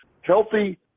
Healthy